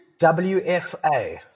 WFA